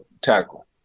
tackle